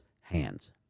hands